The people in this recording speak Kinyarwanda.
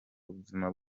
buzima